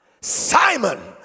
Simon